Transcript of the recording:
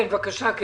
בבקשה.